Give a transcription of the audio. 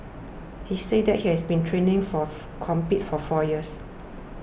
he said that has been training fourth compete for four years